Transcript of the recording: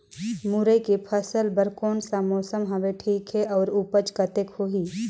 मुरई के फसल बर कोन सा मौसम हवे ठीक हे अउर ऊपज कतेक होही?